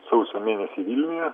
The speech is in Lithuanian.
sausio mėnesį vilniuje